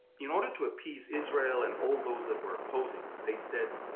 in order to appease israel and all those that were oposing it, they said.